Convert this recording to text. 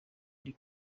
ndi